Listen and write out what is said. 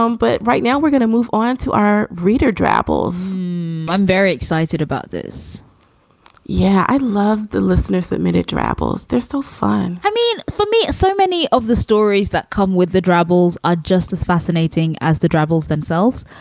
um but right now we're gonna move on to our readers travels i'm very excited about this yeah, i love the listeners. that minute grapples. they're so fun i mean, for me, so many of the stories that come with the troubles are just as fascinating as the troubles themselves.